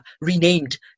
renamed